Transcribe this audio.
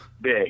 big